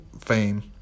fame